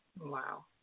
Wow